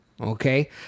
Okay